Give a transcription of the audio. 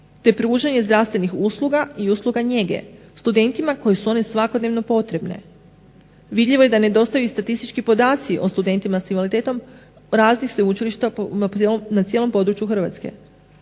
te pružanje zdravstvenih usluga i usluga njege studentima kojima su one svakodnevno potrebne. Vidljivo je da nedostaju i statistički podaci o studentima s invaliditetom raznih sveučilišta na cijelom području Hrvatske.